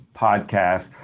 podcast